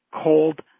Cold